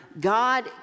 God